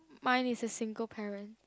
mine is a single parent